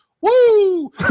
Woo